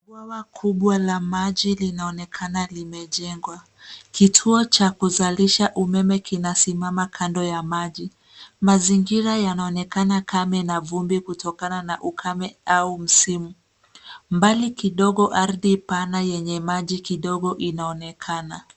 Bwawa kubwa la maji linaonekana limejengwa. Kituo cha kuzalisha umeme kinasimama kando ya maji. Mazingira yanaonekana kame na vumbi kutokana na ukame au msimu. Mbali kidogo ardhi pana yenye maji kidogo inaonekana.